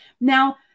Now